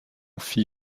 fit